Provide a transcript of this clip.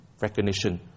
recognition